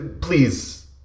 please